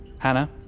Hannah